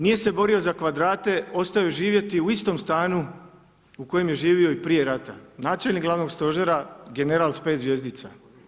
Nije se borio za kvadrate, ostao je živjeti u istom stanu u kojem je živio i prije rata načelnik Glavnog stožera, general s pet zvjezdica.